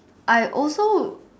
I also